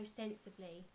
sensibly